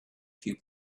few